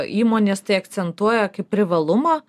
įmonės tai akcentuoja kaip privalumą